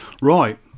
right